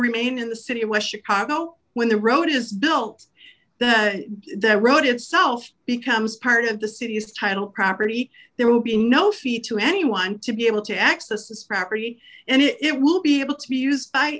remain in the city it was chicago when the road is built the road itself becomes part of the city's title property there will be no fee to anyone to be able to access this property and it will be able to be used by